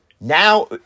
Now